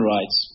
Rights